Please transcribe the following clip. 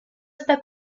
está